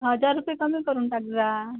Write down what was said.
हजार रुपये कमी करून टाकूया